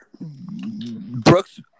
Brooks